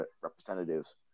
representatives